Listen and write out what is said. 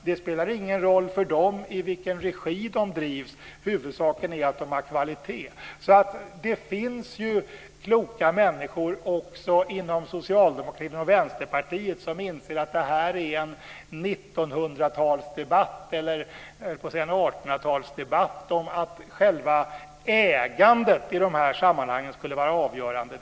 Det spelar ingen roll för dem i vilken regi mottagningarna drivs; huvudsaken är att de har kvalitet. Så det finns ju kloka människor också inom Socialdemokraterna och Vänsterpartiet som inser att det här är en 1900-talsdebatt - jag höll på att säga 1800 talsdebatt - om att själva ägandet i de här sammanhangen skulle vara avgörande.